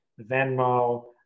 Venmo